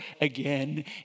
again